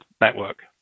network